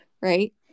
Right